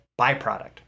byproduct